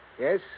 Yes